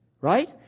right